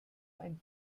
ein